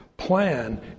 plan